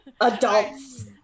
Adults